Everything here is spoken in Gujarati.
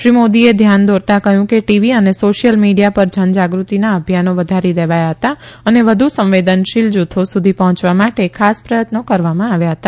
શ્રી મોદીએ ધ્યાન દોરતા ક્રહ્યું કે ટીવી અને સોશિયલ મીડીયા પર જનજાગૃતિના અભિયાનો વધારી દેવાયા હતા અને વધુ સંવેદનશીલ જુથો સુધી પહોયવા માટે ખાસ પ્રથત્નો કરવામાં આવ્યા હતા